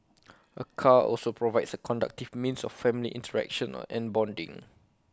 A car also provides A conductive means of family interaction and bonding